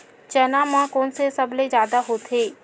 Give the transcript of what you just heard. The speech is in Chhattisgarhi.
चना म कोन से सबले जादा होथे?